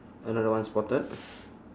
another one spotted